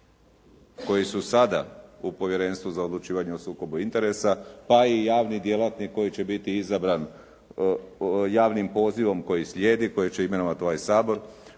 koji su sada u Povjerenstvu za odlučivanje o sukobu interesa, pa i javni djelatnik koji će biti izabran javnim pozivom koji slijedi, koji će imenovati ovaj Sabor,